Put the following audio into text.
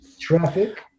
traffic